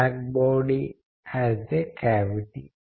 ఇంకొన్ని నిమిషాల్లో దాని గురించి మీకు నేను చెబుతాను